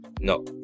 No